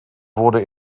wurde